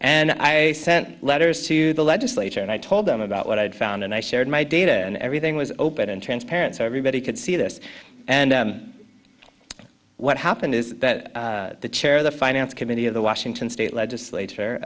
and i sent letters to the legislature and i told them about what i had found and i shared my data and everything was open and transparent so everybody could see this and what happened is that the chair the finance committee of the washington state legislat